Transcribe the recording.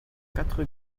quatre